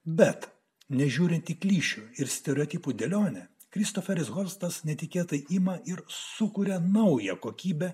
bet nežiūrint į plyšį ir stereotipų dėlionę kristoferis holstas netikėtai ima ir sukuria naują kokybę